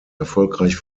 erfolgreich